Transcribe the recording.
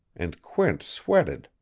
and quint sweated.